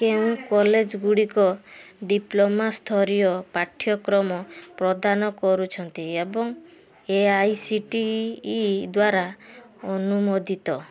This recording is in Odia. କେଉଁ କଲେଜଗୁଡ଼ିକ ଡିପ୍ଲୋମା ସ୍ତରୀୟ ପାଠ୍ୟକ୍ରମ ପ୍ରଦାନ କରୁଛନ୍ତି ଏବଂ A I C T E ଦ୍ୱାରା ଅନୁମୋଦିତ